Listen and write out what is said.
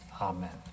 Amen